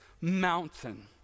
mountain